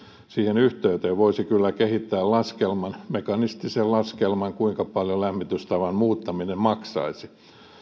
siihen yhteyteen voisi kyllä kehittää laskelman mekanistisen laskelman kuinka paljon lämmitystavan muuttaminen maksaisi